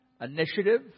initiative